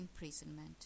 imprisonment